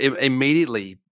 immediately